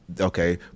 okay